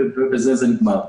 ובזה זה נגמר.